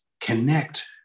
connect